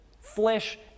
flesh